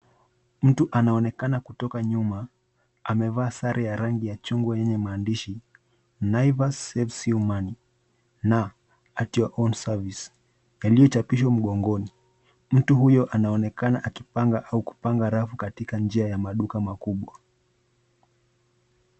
Mtu anaonekana kutoka nyuma, amevaa sare ya rangi ya chungwa yenye maandishi, Naivas saves you money na At your own service[cs, yaliyochapishwa mgongoni. Mtu huyo anaonekana akipanga au kupanga rafu katika njia ya maduka makubwa.